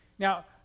Now